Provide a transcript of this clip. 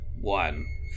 one